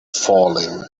falling